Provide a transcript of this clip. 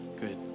Good